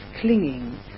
clinging